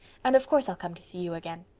and of course i'll come to see you again.